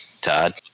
Todd